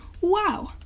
Wow